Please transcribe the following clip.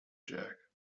jack